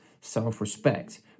self-respect